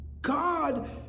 God